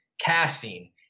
casting